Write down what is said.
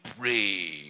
pray